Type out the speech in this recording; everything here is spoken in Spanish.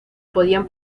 podían